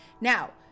Now